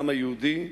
העם היהודי,